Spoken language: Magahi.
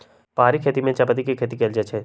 पहारि खेती में चायपत्ती के खेती कएल जाइ छै